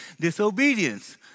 Disobedience